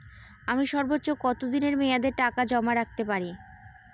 আমি সর্বোচ্চ কতদিনের মেয়াদে টাকা জমা রাখতে পারি?